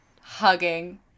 hugging